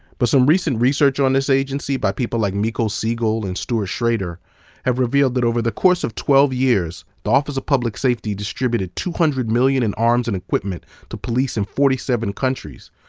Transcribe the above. but some recent research on this agency by people like micol seigel and stuart schrader has revealed that over the course of twelve years the office of public safety distributed two hundred million in arms and equipment to police in forty seven countries,